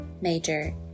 Major